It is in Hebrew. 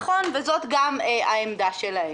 נכון, זאת גם העמדה שלהם.